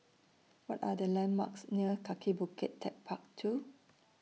What Are The landmarks near Kaki Bukit Techpark two